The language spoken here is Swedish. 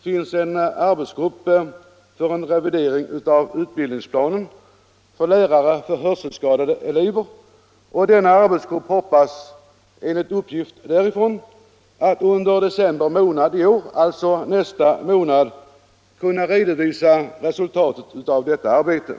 finns en arbetsgrupp för revidering av utbildningsplanen för lärare för hörselskadade elever, och denna arbetsgrupp hoppas, enligt uppgift därifrån, att under december månad i år — alltså nästa månad — kunna redovisa resultatet av detta arbete.